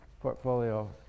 portfolio